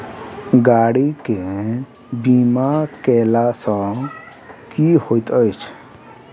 गाड़ी केँ बीमा कैला सँ की होइत अछि?